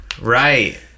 Right